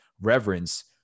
reverence